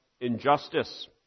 injustice